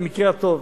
במקרה הטוב.